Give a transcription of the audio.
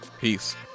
Peace